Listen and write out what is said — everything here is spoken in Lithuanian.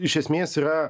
iš esmės yra